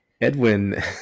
Edwin